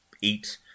eat